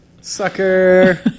Sucker